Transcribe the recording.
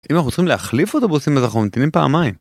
אם אנחנו צריכים להחליף אוטובוסים, אז אנחנו ממתינים פעמיים.